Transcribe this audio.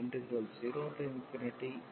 1yn 1λdy ఉంది